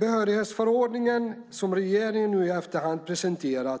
Behörighetsförordningen, som regeringen nu har presenterat i efterhand,